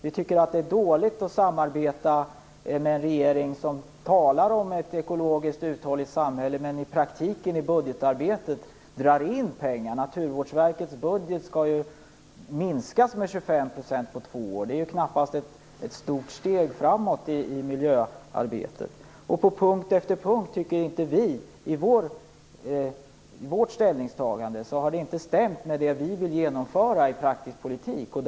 Vi tycker att det är dåligt att samarbeta med en regering som talar om ett ekologiskt uthålligt samhälle, men som i praktiken i budgetarbetet drar in pengar. Naturvårdsverkets budget skall ju minskas med 25 % på två år. Det är knappast ett stort steg framåt i miljöarbetet. På punkt efter punkt har det i fråga om vårt ställningstagande inte stämt överens med det som vi i praktisk politik vill genomföra.